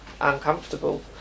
uncomfortable